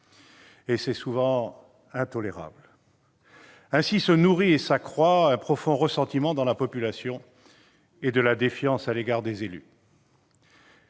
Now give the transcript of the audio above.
; c'est intolérable ! Ainsi se nourrissent et s'accroissent un profond ressentiment dans la population et de la défiance à l'égard des élus.